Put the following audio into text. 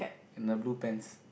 in a blue pants